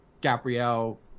Gabrielle